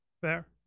fair